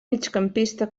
migcampista